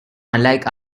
unlike